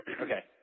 Okay